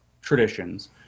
traditions